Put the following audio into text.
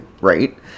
right